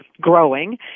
growing